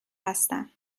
هستم